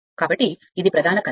కాబట్టి ఇది ప్రధాన కరెంట్